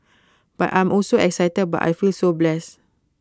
but I'm also excited but I feel so blessed